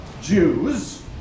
Jews